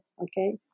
okay